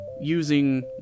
using